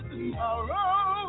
Tomorrow